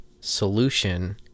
solution